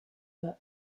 were